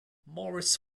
morris